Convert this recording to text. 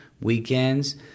weekends